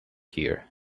here